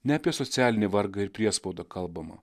ne apie socialinį vargą ir priespaudą kalbama